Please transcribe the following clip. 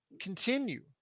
Continue